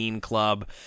club